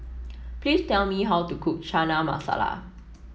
please tell me how to cook Chana Masala